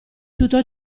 tutto